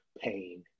pain